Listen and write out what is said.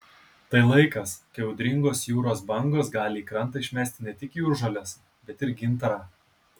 tai laikas kai audringos jūros bangos gali į krantą išmesti ne tik jūržoles bet ir gintarą